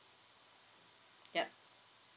yup